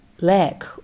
lack